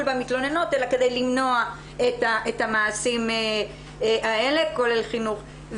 במתלוננות אלא כדי למנוע את המעשים האלה כולל חינוך.